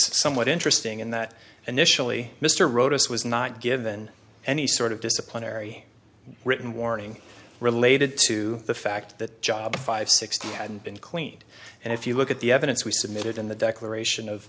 somewhat interesting in that initially mr wrote us was not given any sort of disciplinary written warning related to the fact that job five sixty had been cleaned and if you look at the evidence we submitted in the declaration of